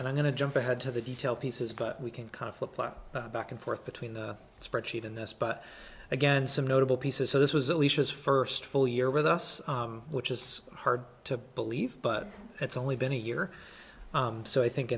and i'm going to jump ahead to the detail pieces but we can kind of flip flop back and forth between the spreadsheet and this but again some notable pieces so this was at least his first full year with us which is hard to believe but it's only been a year so i think